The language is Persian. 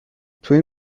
تواین